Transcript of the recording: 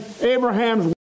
Abraham's